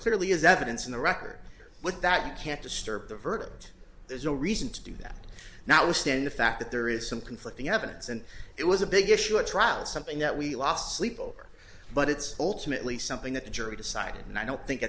clearly is evidence in the record but that can't disturb the verdict there's no reason to do that now stan the fact that there is some conflicting evidence and it was a big issue at trial something that we lost sleep over but it's ultimately something that the jury decided and i don't think